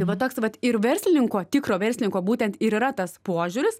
tai va toks vat ir verslininko tikro verslininko būtent ir yra tas požiūris